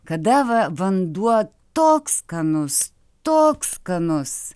kada va vanduo toks skanus toks skanus